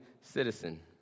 citizen